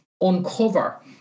uncover